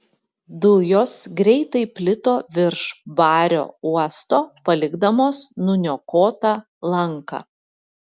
dujos greitai plito virš bario uosto palikdamos nuniokotą lanką